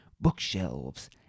Bookshelves